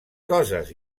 coses